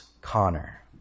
Connor